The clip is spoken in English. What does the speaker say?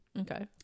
okay